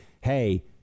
hey